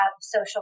social